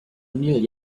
neil